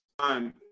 time